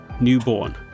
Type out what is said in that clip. newborn